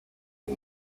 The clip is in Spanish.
del